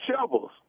shovels